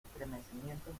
estremecimientos